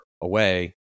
away